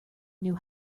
knew